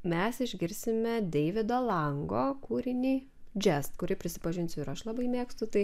mes išgirsime deivido lango kūrinį džest kurį prisipažinsiu ir aš labai mėgstu tai